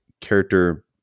character